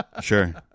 sure